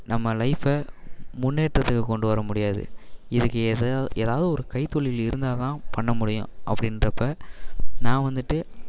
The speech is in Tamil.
நம்ம லைஃபை முன்னேற்றத்துக்கு கொண்டு வர முடியாது இதுக்கு எதாக ஏதாவது ஒரு கை தொழில் இருந்தால்தான் பண்ணமுடியும் அப்படின்றப்ப நான் வந்துட்டு